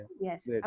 Yes